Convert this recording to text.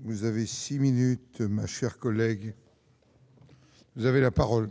Vous avez 6 minutes ma chère collègue. Vous avez la parole.